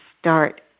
start